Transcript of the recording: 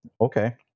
Okay